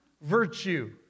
virtue